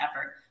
effort